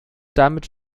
damit